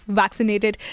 vaccinated